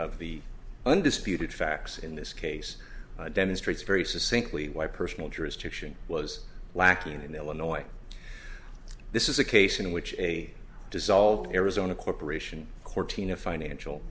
of the undisputed facts in this case demonstrates very succinctly why personal jurisdiction was lacking in illinois this is a case in which a dissolved arizona corporation corteen a financial